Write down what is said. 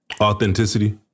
authenticity